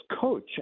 coach